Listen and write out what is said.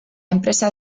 empresa